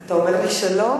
אתה אומר לי שלום?